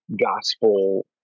gospel